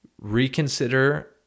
reconsider